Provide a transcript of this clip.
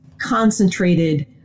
concentrated